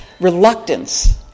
reluctance